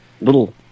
little